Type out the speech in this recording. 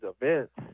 events